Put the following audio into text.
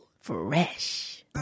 Fresh